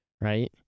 right